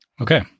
okay